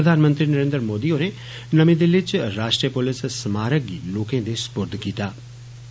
प्रधानमंत्री नरेन्द्र मोदी होरें नमीं दिल्ली च राष्ट्रीय पुलिस स्मारक गी लोकें दे सपुर्द कीत्ता